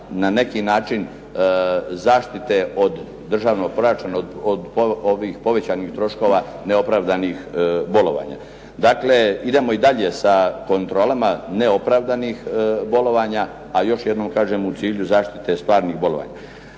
na neki način zaštite od državnog proračuna od ovih povećanih troškova neopravdanih bolovanja. Dakle, idemo i dalje sa kontrolama neopravdanih bolovanja, a još jednom kažem u cilju zaštite stvarnih bolovanja.